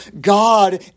God